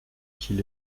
qu’il